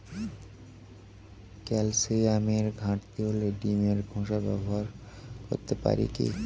ক্যালসিয়ামের ঘাটতি হলে ডিমের খোসা ব্যবহার করতে পারি কি?